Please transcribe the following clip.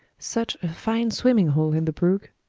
such a fine swimming hole in the brook!